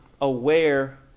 aware